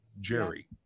Jerry